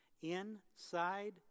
inside